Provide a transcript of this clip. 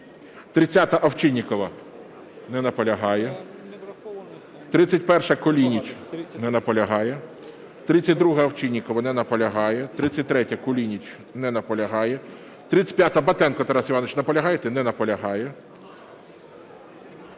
30-а, Овчинникова. Не наполягає. 31-а, Кулініч. Не наполягає. 32-а, Овчинникова. Не наполягає. 33-я, Кулініч. Не наполягає. 35-а, Батенко Тарас Іванович. Наполягаєте? Не наполягає.